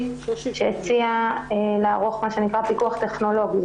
שהציעה לערוך מה שנקרא פיקוח טכנולוגי.